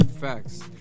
Facts